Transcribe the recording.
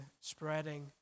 spreading